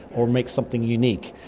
or makes something unique.